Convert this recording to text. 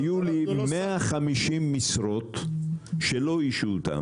היו לי 150 משרות שלא איישו אותן.